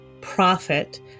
profit